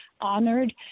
honored